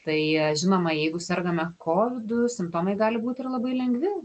tai žinoma jeigu sergame kovidu simptomai gali būt ir labai lengvi